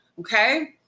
okay